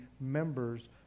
members